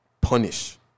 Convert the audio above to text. punish